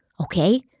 okay